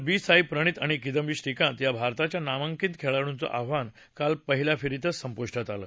बी साई प्रणीथ आणि किदांबी श्रीकांत या भारताच्या नामांकित खेळाडूंचं आव्हान काल पहिल्या फेरीतच संपुष्टात आलं